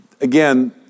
again